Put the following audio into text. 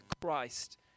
Christ